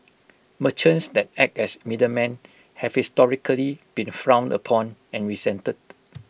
merchants that act as middlemen have historically been frowned upon and resented